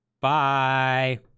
Bye